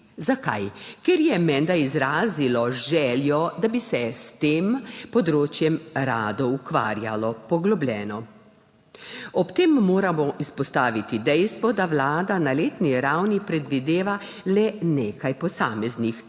Zakaj? Ker je menda izrazilo željo, da bi se s tem področjem rado ukvarjalo poglobljeno. Ob tem moramo izpostaviti dejstvo, da Vlada na letni ravni predvideva le nekaj posameznih takšnih